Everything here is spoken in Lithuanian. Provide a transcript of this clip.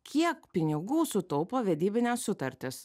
kiek pinigų sutaupo vedybinės sutartys